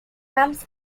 comes